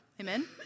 Amen